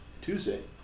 Tuesday